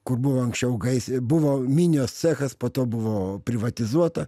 kur buvo anksčiau gais buvo minios cechas po to buvo privatizuota